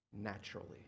naturally